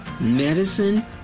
medicine